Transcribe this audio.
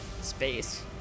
space